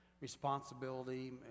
responsibility